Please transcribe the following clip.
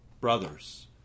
brothers